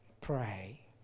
pray